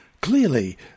Clearly